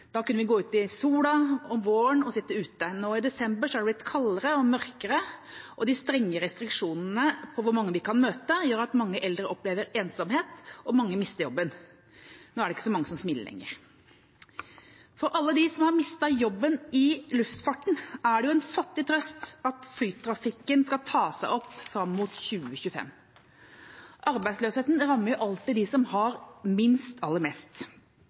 Da kunne vi gå ut i sola og våren og sitte ute. Nå i desember er det blitt kaldere og mørkere, og de strenge restriksjonene på hvor mange vi kan møte, gjør at mange eldre opplever ensomhet, og mange mister jobben. Nå er det ikke så mange som smiler lenger. For alle dem som har mistet jobben i luftfarten, er det en fattig trøst at flytrafikken skal ta seg opp fram mot 2025. Arbeidsløsheten rammer alltid dem som har minst, aller mest,